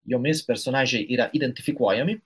jomis personažai yra identifikuojami